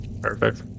Perfect